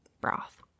broth